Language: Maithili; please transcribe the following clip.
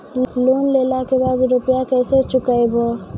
लोन लेला के बाद या रुपिया केसे चुकायाबो?